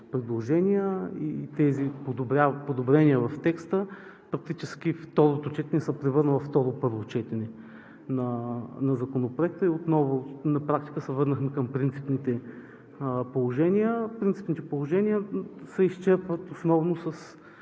предложения. И тези подобрения в текста практически второто четене се превърна във второ първо четене на Законопроекта и отново на практика се върнахме към принципните положения. Принципните положения се изчерпват основно с